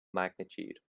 magnitude